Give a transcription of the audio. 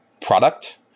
product